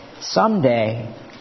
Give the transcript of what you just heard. someday